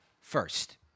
first